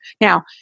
Now